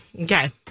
Okay